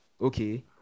okay